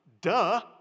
duh